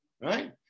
right